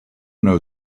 know